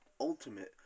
ultimate